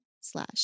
slash